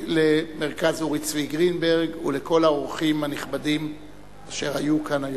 למרכז אורי צבי גרינברג ולכל האורחים הנכבדים אשר היו כאן היום.